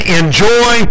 enjoy